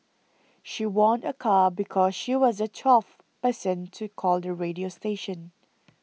she won a car because she was the twelfth person to call the radio station